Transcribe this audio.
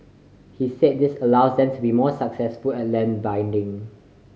he said this allows them to be more successful at land bidding